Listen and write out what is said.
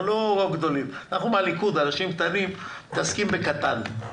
אנחנו מהליכוד, אנשים קטנים מתעסקים בקטן.